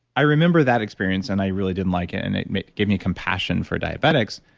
i remember that experience and i really didn't like it and it gave me compassion for diabetics,